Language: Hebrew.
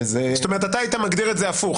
זאת אומרת אתה היית מגדיר את זה הפוך,